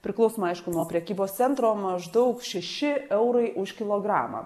priklausomai aišku nuo prekybos centro maždaug šeši eurai už kilogramą